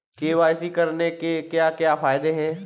KYC करने के क्या क्या फायदे हैं?